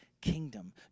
kingdom